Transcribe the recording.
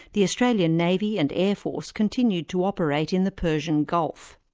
the australian navy and air force continued to operate in the persian gulf.